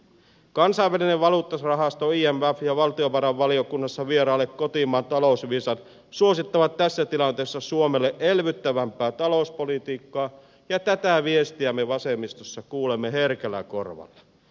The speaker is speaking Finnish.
kansainvälinen valuuttarahasto imf ja valtiovarainvaliokunnassa vierailleet kotimaan talousviisaat suosittavat tässä tilanteessa suomelle elvyttävämpää talouspolitiikkaa ja tätä viestiä me vasemmistossa kuulemme herkällä korvalla